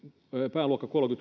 pääluokka